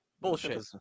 Bullshit